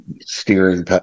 steering